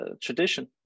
tradition